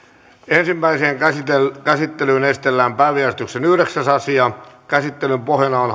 ensimmäiseen käsittelyyn esitellään päiväjärjestyksen kymmenes asia käsittelyn pohjana on